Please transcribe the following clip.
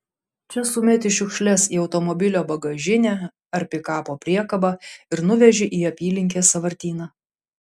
čia sumeti šiukšles į automobilio bagažinę ar pikapo priekabą ir nuveži į apylinkės sąvartyną